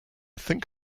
think